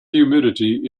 humidity